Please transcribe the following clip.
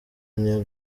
niyo